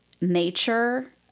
nature